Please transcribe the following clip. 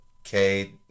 okay